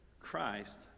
Christ